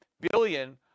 billion